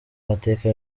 mateka